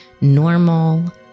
normal